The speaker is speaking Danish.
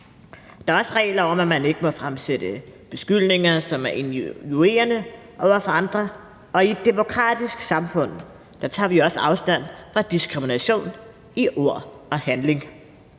Der er også regler om, at man ikke må fremsætte beskyldninger, som er injurierende over for andre. I et demokratisk samfund tager vi også afstand fra diskrimination i ord og handling.